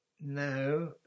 No